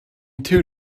two